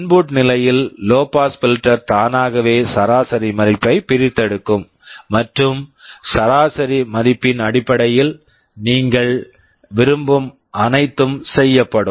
input input நிலையில் low pass filter low pass filter தானாகவே சராசரி மதிப்பைப் பிரித்தெடுக்கும் மற்றும் சராசரி மதிப்பின் அடிப்படையில் நீங்கள் விரும்பும் அனைத்தும் செய்யப்படும்